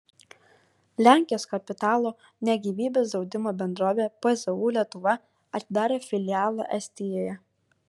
lenkijos kapitalo ne gyvybės draudimo bendrovė pzu lietuva atidarė filialą estijoje